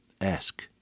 Ask